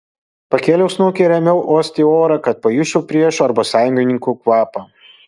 pakėliau snukį ir ėmiau uosti orą kad pajusčiau priešų arba sąjungininkų kvapą